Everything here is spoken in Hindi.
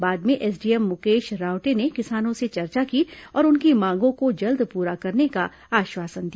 बाद में एसडीएम मुकेश रावटे ने किसानों से चर्चा की और उनकी मांगों को जल्द पूरा करने का आश्वासन दिया